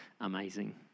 amazing